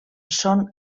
són